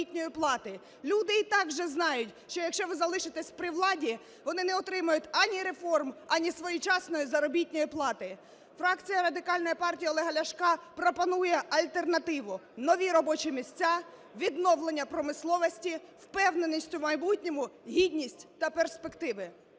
Люди і так вже знають, що якщо ви залишитесь при владі, вони не отримають, ані реформ, ані своєчасної заробітної плати. Фракція Радикальної партії Олега Ляшка пропонує альтернативу: нові робочі місця, відновлення промисловості, впевненість у майбутньому, гідність та перспективи.